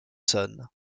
saône